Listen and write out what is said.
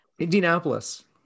Indianapolis